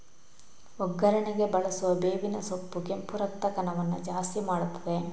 ಒಗ್ಗರಣೆಗೆ ಬಳಸುವ ಬೇವಿನ ಸೊಪ್ಪು ಕೆಂಪು ರಕ್ತ ಕಣವನ್ನ ಜಾಸ್ತಿ ಮಾಡ್ತದೆ